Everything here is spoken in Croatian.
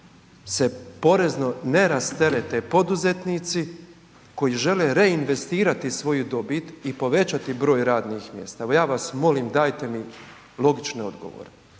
se porezno ne rasterete poduzetnici koji žele reinvestirati svoju dobit i povećati broj radnih mjesta? Evo ja vas molim dajte mi logične odgovore.